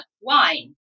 wine